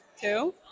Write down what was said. Two